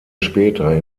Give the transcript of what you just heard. später